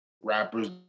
rappers